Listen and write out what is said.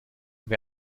wer